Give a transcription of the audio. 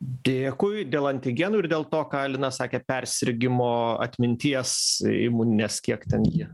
dėkui dėl antigenų ir dėl to ką lina sakė persirgimo atminties imuninės kiek ten ji